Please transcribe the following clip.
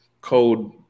code